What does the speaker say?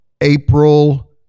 April